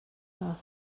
yna